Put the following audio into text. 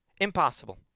impossible